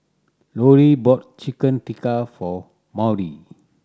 Lollie bought Chicken Tikka for Maude